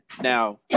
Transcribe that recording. now